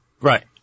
Right